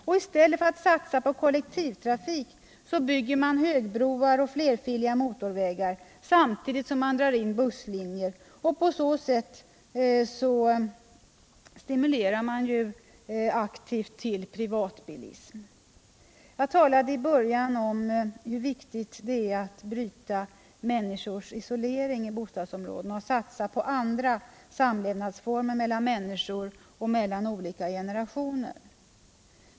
Och i stället för att satsa på kollektivtrafik bygger man högbroar och flerfiliga motorvägar, samtidigt som man drar in busslinjer och på så sätt aktivt stimulerar till privatbilism. Jag talade i början om hur viktigt det är att bryta människors isolering i bostadsområdena och satsa på andra samlevnadsformer mellan människor och mellan olika generationer.